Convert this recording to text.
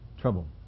trouble